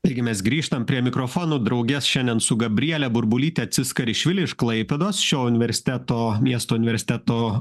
taigi mes grižtam prie mikrofono drauge šiandien su gabriele burbulytė tsiskarishvili iš klaipėdos šio universiteto miesto universiteto